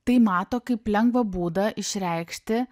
tai mato kaip lengvą būdą išreikšti